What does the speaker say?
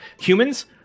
Humans